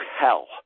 hell